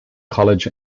college